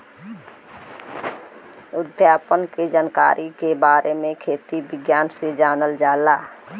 उत्पादन के जानकारी के बारे में खेती विज्ञान से जानल जाला